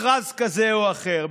מכרז כזה או אחר,